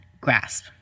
grasp